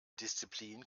disziplin